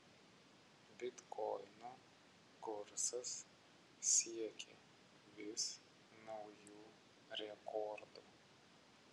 bitkoino kursas siekia vis naujų rekordų